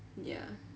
ya